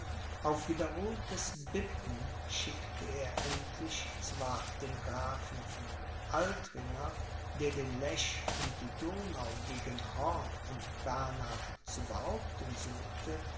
auf wiederholtes bitten schickte er endlich zwar dem grafen von altringer der den lech und die donau gegen horn und bernhard zu behaupten suchte